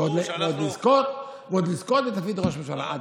ועוד לזכות בתפקיד ראש הממשלה.